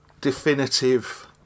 definitive